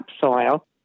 topsoil